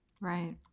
Right